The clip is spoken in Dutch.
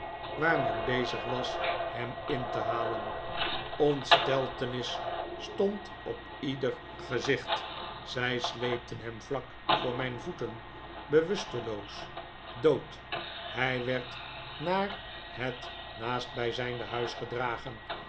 waar men bezig was hem in te halen ontsteltenis stond op ieder gezicht zij sleepten hem vlak voor mijn voeten bewusteloos dood hij werd naar het naastbijzijnde huis gedragen